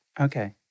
Okay